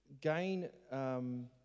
gain